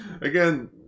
Again